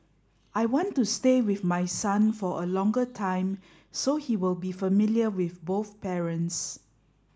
I want to stay with my son for a longer time so he will be familiar with both parents